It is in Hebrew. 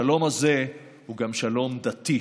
השלום הזה הוא גם שלום דתי.